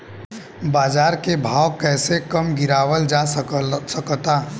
बाज़ार के भाव कैसे कम गीरावल जा सकता?